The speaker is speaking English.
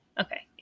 okay